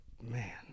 man